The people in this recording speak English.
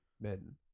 men